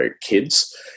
kids